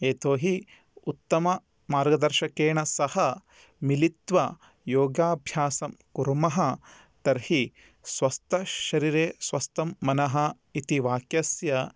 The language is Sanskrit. यतोहि उत्तम मार्गदर्शकेन सह मिलित्वा योगाभ्यासं कुर्मः तर्हि स्वस्थं शरीरे स्वस्थं मनः इति वाक्यस्य